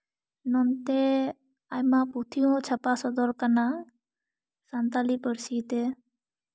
ᱱᱚᱱᱛᱮ ᱟᱭᱢᱟ ᱯᱩᱛᱷᱤ ᱦᱚᱸ ᱪᱷᱟᱯᱟ ᱥᱚᱫᱚᱨ ᱠᱟᱱᱟ ᱥᱟᱱᱛᱟᱞᱤ ᱯᱟᱹᱨᱥᱤᱛᱮ